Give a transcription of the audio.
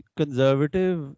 conservative